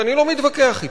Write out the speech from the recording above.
ואני לא מתווכח אתו.